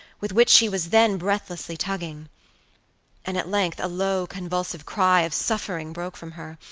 with which she was then breathlessly tugging and at length a low convulsive cry of suffering broke from her,